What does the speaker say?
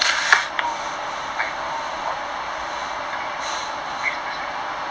and you know I know friend do do business